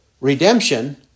redemption